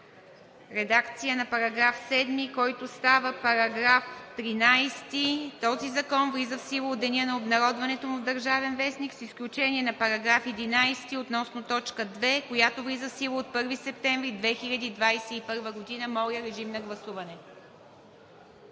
редакция на § 7, който става § 13: „§ 13. Този закон влиза в сила от деня на обнародването му в „Държавен вестник“ с изключение на § 1 относно т. 2, която влиза в сила от 1 септември 2021 г.“ Моля, режим на гласуване.